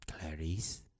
Clarice